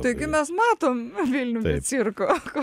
taigi mes matom vilnių be cirko